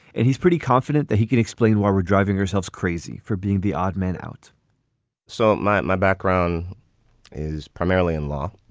and he's pretty confident that he could explain why we're driving ourselves crazy for being the odd man out so my my background is primarily in law.